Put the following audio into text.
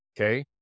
Okay